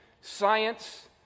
science